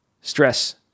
stress